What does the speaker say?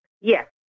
Yes